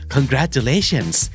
Congratulations